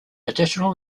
additional